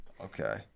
okay